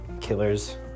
killers